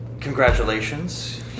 congratulations